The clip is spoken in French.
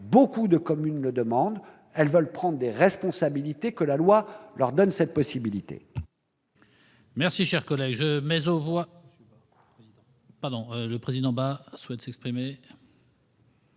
Beaucoup de communes le demandent ; elles veulent prendre des responsabilités. Que la loi leur donne cette possibilité